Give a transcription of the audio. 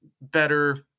better